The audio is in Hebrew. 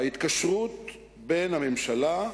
ההתקשרות בין הממשלה,